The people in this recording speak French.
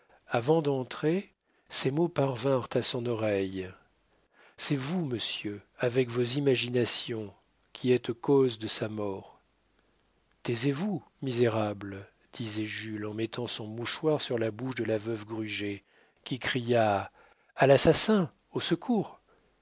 avant d'entrer ces mots parvinrent à son oreille c'est vous monsieur avec vos imaginations qui êtes cause de sa mort taisez-vous misérable disait jules en mettant son mouchoir sur la bouche de la veuve gruget qui cria a l'assassin au secours